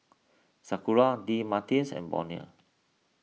Sakura Doctor Martens and Bonia